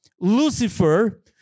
Lucifer